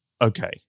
okay